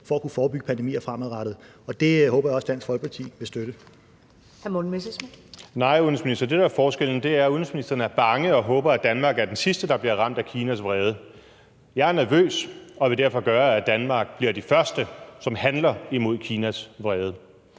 for at kunne forebygge pandemier fremadrettet. Det håber jeg også Dansk Folkeparti vil støtte.